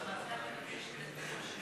הצורך בהקמת ועדת חקירה פרלמנטרית בנושא: